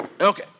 Okay